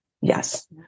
Yes